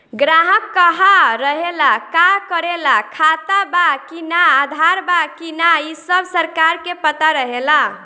ग्राहक कहा रहेला, का करेला, खाता बा कि ना, आधार बा कि ना इ सब सरकार के पता रहेला